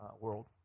world